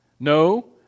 No